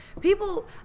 people